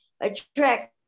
attract